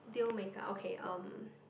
deal maker okay um